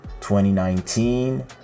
2019